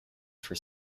for